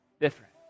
different